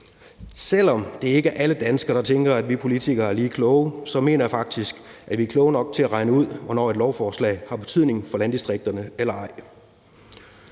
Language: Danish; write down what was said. Selv om det ikke er alle danskere, der tænker, at vi politikere er lige kloge, så mener jeg faktisk, at vi er kloge nok til at regne ud, om et lovforslag har betydning for landdistrikterne eller ej.